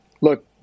look